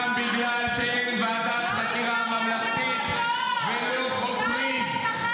גם בגלל שאין ועדת חקירה ממלכתית, ולא חותמים.